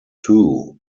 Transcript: too